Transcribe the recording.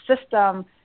system